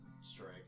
strike